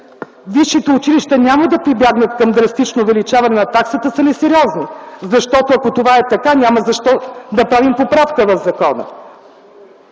висшите училища няма да прибягнат към драстично увеличаване на таксата е несериозно, защото ако това е така, няма защо да правим поправка в закона.